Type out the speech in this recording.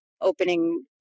opening